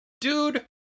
dude